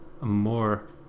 more